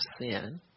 sin